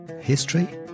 history